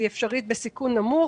היא אפשרית בסיכון נמוך,